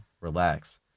relax